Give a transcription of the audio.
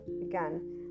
again